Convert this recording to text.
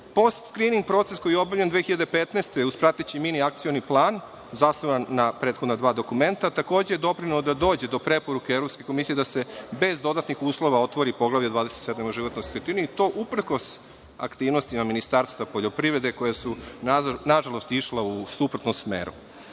godine. Postskrining, proces koji je obavljen 2015. godine, uz prateći mini akcioni plan zasnovan na prethodna dva dokumenta, takođe je doprineo da dođe do preporuke Evropske komisije da se bez dodatnih uslova otvori Poglavlje 27. o životnoj sredini, i to uprkos aktivnostima Ministarstva poljoprivrede, koja su, nažalost, išla u suprotnom